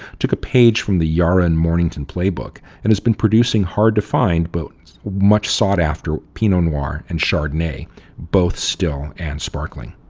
took a page from the yarra and mornington playbook and has been producing hard to find but much sought after pinot noir and chardonnay both still and sparkling.